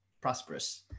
prosperous